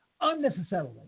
unnecessarily